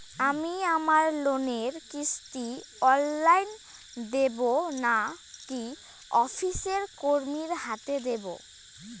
আমি আমার লোনের কিস্তি অনলাইন দেবো না কোনো অফিসের কর্মীর হাতে দেবো?